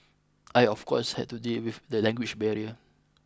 I of course had to deal with the language barrier